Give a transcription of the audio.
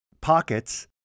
pockets